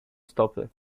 stopy